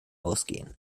ausgehen